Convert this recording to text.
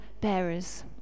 bearers